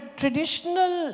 traditional